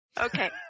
Okay